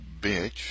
bitch